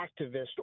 activist